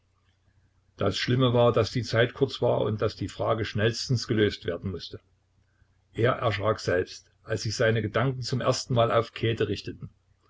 das schlimme war daß die zeit kurz war und daß die frage schnellstens gelöst werden mußte er erschrak selbst als sich seine gedanken zum erstenmal auf käthe richteten